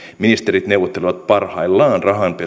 ministerit neuvottelevat parhaillaan